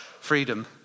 Freedom